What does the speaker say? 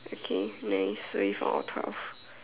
okay nice so we found all twelve